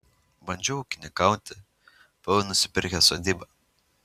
bandžiau ūkininkauti buvau nusipirkęs sodybą